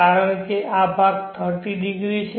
કારણ કે આ ભાગ 30 ડિગ્રી છે